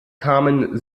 kamen